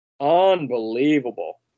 Unbelievable